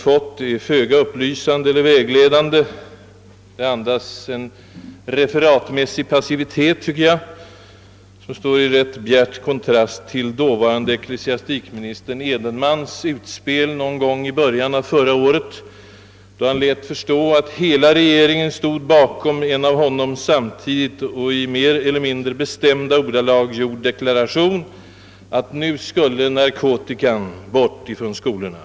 Det är föga upplysande eller vägledande. Jag tycker att det andas en referatmässig passivitet, som står i ganska bjärt kontrast till dåvarande ecklesiastikministern Edenmans utspel någon gång i början av förra året, då han Jät förstå att hela regeringen stod bakom en av honom samtidigt i mer eller mindre bestämda ordalag gjord deklaration att nu skulle narkotikan bort från skolorna.